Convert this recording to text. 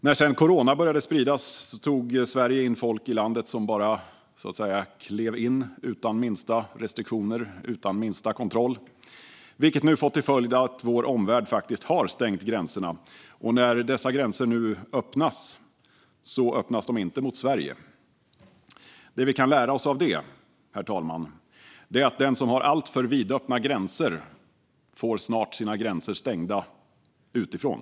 När sedan corona började spridas tog Sverige in folk i landet som bara klev in utan minsta restriktioner och utan minsta kontroll, vilket nu har fått till följd att vår omvärld faktiskt har stängt gränserna. Och när dessa gränser nu öppnas upp öppnas de inte mot Sverige. Det vi kan lära oss av detta, herr talman, är att den som har alltför vidöppna gränser snart får sina gränser stängda utifrån.